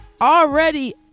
already